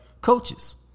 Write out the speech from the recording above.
coaches